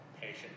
patient